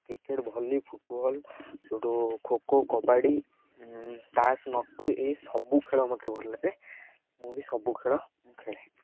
cricket volley football ସେଇଠୁ ଖୋଖୋ କବାଡ଼ି ତାସ ନଟୁ ଏ ସବୁ ଖେଳ ମତେ ଭଲ ଲାଗେ ମୁଁ ବି ସବୁ ଖେଳ ମୁଁ ଖେଳେ